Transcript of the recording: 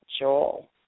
Joel